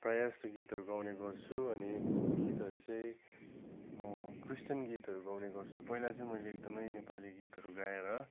प्राय जस्तो गीतहरू गाउने गर्छु अनि गीतहरू चाहिँ क्रिश्चियन गीतहरू गाउने गर्छु पहिला चाहिँ मैले एकदमै नेपाली गीतहरू गाएर